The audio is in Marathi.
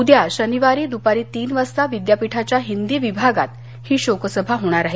उद्या शनिवारी दुपारी तीन वाजता विद्यापीठाच्या हिंदी विभागात ही शोकसभा होणार आहे